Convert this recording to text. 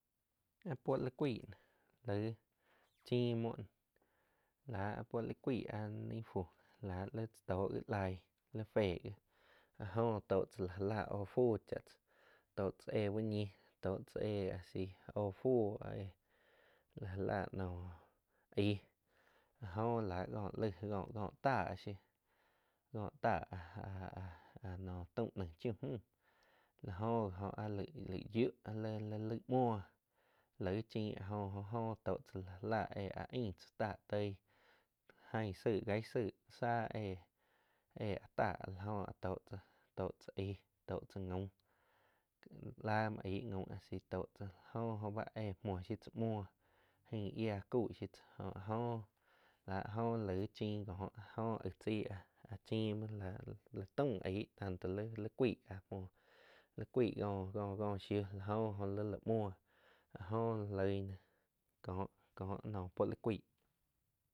Áh puo lí cuaig nóh laig chiim mouh nóh láh áh puo li cuaig áh nai fú la li tzá to gíh laig li fé gíh la jo tóh tzá la jah lá óhoh fu cha tzá tóh tzá éh úh ñih tó tzá éh a si o fu éh la já la noum aih la jo la kó laig có-có táh shiu có tah áh naum taum nain ji mju la jo ji jo a laig yiu áh laig-laig mhuó laig chin a jó jóh tó tsá la já láh éh áh ain tzá táh tóig ain tzái gai tzái sáh éh áh táh áh la jóh tóh chá tóh chá aíh tó chá gaum la muo aig gaum tó tzá jo oh bá éh muo shiu tzá muoh ain yia cau shiu tzá jo áh jóh la laig chiin kóh áh jo aig chaig kó áh chiim muo lá taumm aig tanto lai-lai cuaig li cuaig kó-kó shiu lá jóh lila muo áh jo loi ná kó-kó puóh lí cuaig.